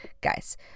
Guys